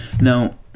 Now